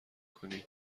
کنین